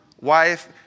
wife